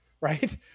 right